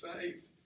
saved